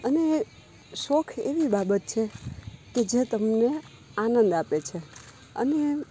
અને શોખ એવી બાબત છે કે જે તમને આનંદ આપે છે અને